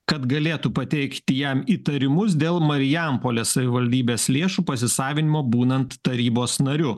kad galėtų pateikti jam įtarimus dėl marijampolės savivaldybės lėšų pasisavinimo būnant tarybos nariu